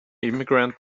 immigrant